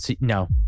No